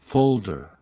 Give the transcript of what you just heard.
Folder